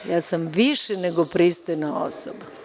Da, ja sam više nego pristojna osoba.